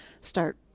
start